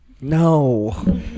No